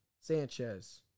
Sanchez